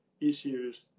issues